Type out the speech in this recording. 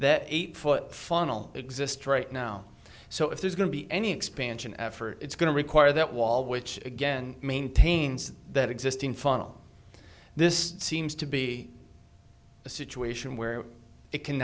that eight foot funnel exists right now so if there's going to be any expansion effort it's going to require that wall which again maintains that existing funnel this seems to be a situation where it can